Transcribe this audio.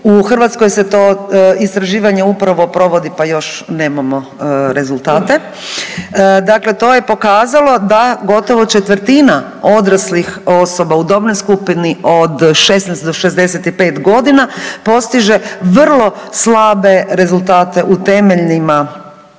U Hrvatskoj se to istraživanje upravo provodi, pa još nemamo rezultate. Dakle, to je pokazalo da gotovo četvrtina odraslih osoba u dobnoj skupini od 16 do 65 godina postiže vrlo slabe rezultate u temeljnim pismenostima,